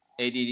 ADD